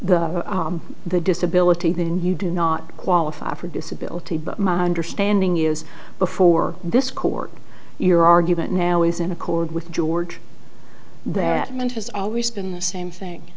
the disability then you do not qualify for disability but my understanding is before this court your argument now is in accord with george that mint has always been the same thing